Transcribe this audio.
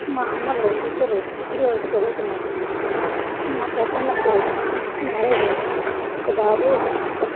మా అన్నలు ఇద్దరూ డిగ్రీ వరకు చదువుకున్నారు మా పెద్దన్నకు మ్యారేజ్ అయింది ఒక బాబు ఒక పాప